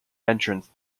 entrance